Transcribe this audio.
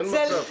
אין מצב.